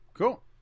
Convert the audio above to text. Cool